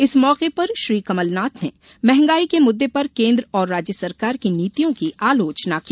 इस मौके पर श्री कमलनाथ ने महगाई के मुददे पर केन्द्र और राज्य सरकार की नीतियों की आलोचना की